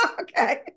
Okay